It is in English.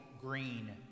Green